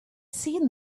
seen